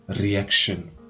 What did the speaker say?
reaction